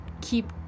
keep